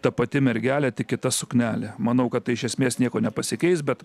ta pati mergelė tik kita suknele manau kad tai iš esmės nieko nepasikeis bet